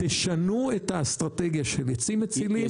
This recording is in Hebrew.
תשנו את האסטרטגיה של עצים מצלים,